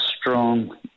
strong